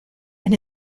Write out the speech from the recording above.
and